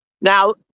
Now